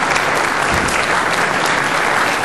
(מחיאות כפיים)